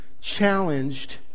challenged